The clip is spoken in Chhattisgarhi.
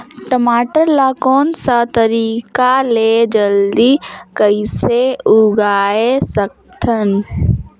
टमाटर ला कोन सा तरीका ले जल्दी कइसे उगाय सकथन?